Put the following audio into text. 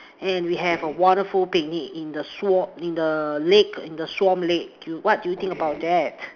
and we have a wonderful picnic in the swan in the lake in the swan lake do you what do you think about that